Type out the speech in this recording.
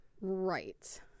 Right